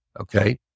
Okay